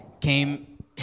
Came